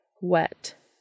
wet